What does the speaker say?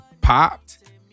popped